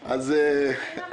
נאמן,